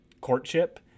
courtship